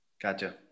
gotcha